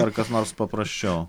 ar kas nors paprasčiau